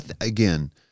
again